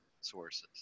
sources